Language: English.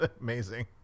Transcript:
amazing